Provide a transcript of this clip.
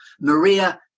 Maria